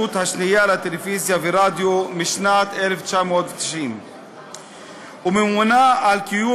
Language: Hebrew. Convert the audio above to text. השנייה לטלוויזיה ורדיו משנת 1990 וממונה על קיום